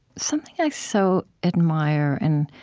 something i so admire and